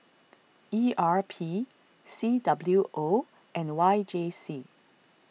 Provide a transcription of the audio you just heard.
E R P C W O and Y J C